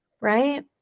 right